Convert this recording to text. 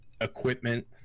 equipment